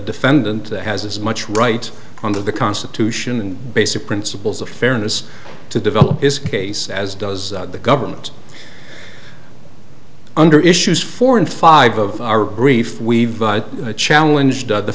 defendant has as much right on the constitution and basic principles of fairness to develop his case as does the government under issues four and five of our brief we've a challenge to the